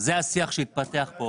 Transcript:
זה השיח שהתפתח פה.